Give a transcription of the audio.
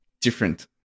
different